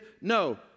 no